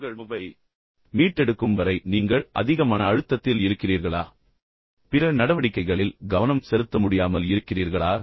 உங்கள் மொபைல் ஃபோனை மீட்டெடுக்கும் வரை நீங்கள் அதிக மன அழுத்தத்தில் இருக்கிறீர்களா மற்றும் பிற நடவடிக்கைகளில் கவனம் செலுத்த முடியாமல் இருக்கிறீர்களா